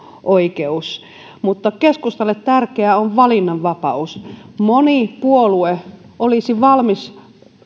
oikeus mutta keskustalle tärkeää on valinnanvapaus moni puolue olisi valmis